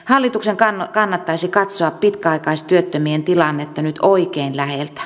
hallituksen kannattaisi katsoa pitkäaikaistyöttömien tilannetta nyt oikein läheltä